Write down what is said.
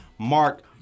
Mark